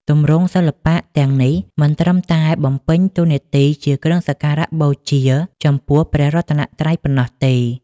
ទម្រង់សិល្បៈទាំងនេះមិនត្រឹមតែបំពេញតួនាទីជាគ្រឿងសក្ការបូជាចំពោះព្រះរតនត្រ័យប៉ុណ្ណោះទេ